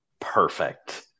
perfect